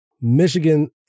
Michigan